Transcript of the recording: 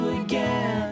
again